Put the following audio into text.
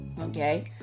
Okay